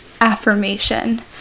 affirmation